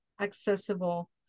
accessible